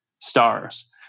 stars